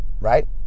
right